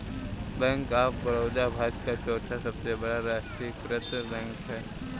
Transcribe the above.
bank of Baroda Bharat का चौथा सबसे बड़ा राष्ट्रीयकृत बैंक है